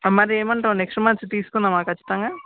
మరి ఏం అంటావు నెక్స్ట్ మంత్ తీసుకుందామా ఖచ్చితంగా